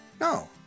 No